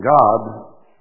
God